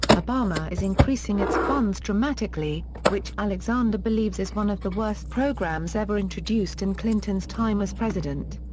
obama is increasing its funds dramatically, which alexander believes is one of the worst programs ever introduced in clinton's time as president.